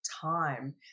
time